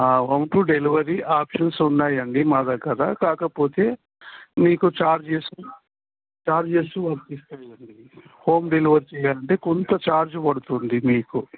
home to delivery options ఉన్నాయండి మా దగ్గర కాకపోతే మీకు ఛార్జెస్ ఛార్జెస్ వర్తిస్తాయండి హోమ్ డెలివరీ చేయాలంటే కొంత ఛార్జ్ పడుతుంది మీకు